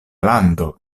lando